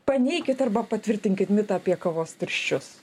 paneikit arba patvirtinkit mitą apie kavos tirščius